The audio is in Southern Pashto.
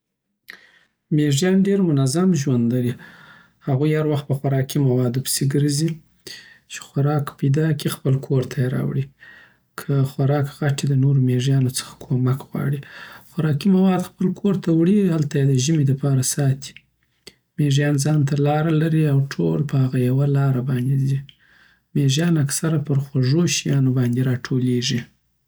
مېزيان ډېر منظم ژوند لری هغوی هر وخت په خوارکی موادو پسی ګرزی چی خورک پیدا کی خپل کورته یی راوړی که خوراک غټ یی له نورو میږیانو کومک غواړی خوارکی مواد خپل کورته وړی اوهلته یی دژمی دپاره ساتی میږیان ځانته لاره لری او ټول په هغه یوه لاره ځی میږیان اکثره پرخوږو شیانو باندی راټولیږی